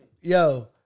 Yo